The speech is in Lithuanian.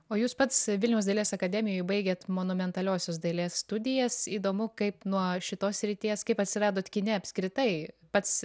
o jūs pats vilniaus dailės akademijoj baigėt monumentaliosios dailės studijas įdomu kaip nuo šitos srities kaip atsiradot kine apskritai pats